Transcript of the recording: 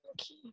Okay